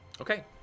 Okay